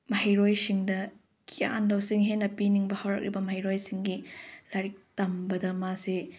ꯃꯍꯩꯔꯣꯏꯁꯤꯡꯗ ꯒ꯭ꯌꯥꯟ ꯂꯧꯁꯤꯡ ꯍꯦꯟꯅ ꯄꯤꯅꯤꯡꯕ ꯍꯧꯔꯛꯂꯤꯕ ꯃꯍꯩꯔꯣꯏꯁꯤꯡꯒꯤ ꯂꯥꯏꯔꯤꯛ ꯇꯝꯕꯗ ꯃꯥꯁꯦ